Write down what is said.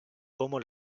cómo